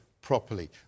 properly